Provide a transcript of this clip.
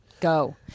Go